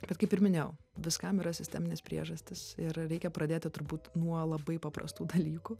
bet kaip ir minėjau viskam yra sisteminės priežastys ir reikia pradėti turbūt nuo labai paprastų dalykų